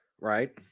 right